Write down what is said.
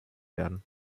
werden